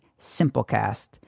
Simplecast